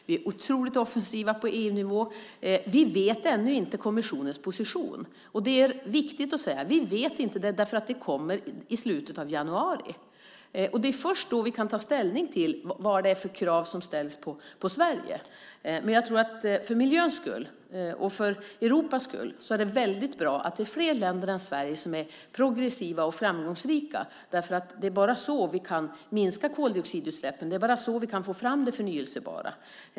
Vi är otroligt offensiva på EU-nivå. Vi vet ännu inte kommissionens position. Vi vet det inte därför att det kommer i slutet av januari. Det är först då vi kan ta ställning till de krav som ställs på Sverige. Men jag tror att det för miljöns skull och för Europas skull är väldigt bra att det är fler länder än Sverige som är progressiva och framgångsrika, därför att det är bara så vi kan minska koldioxidutsläppen, det är bara så vi kan få fram det förnybara.